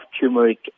turmeric